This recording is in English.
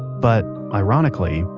but, ironically,